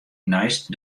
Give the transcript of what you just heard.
neist